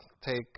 take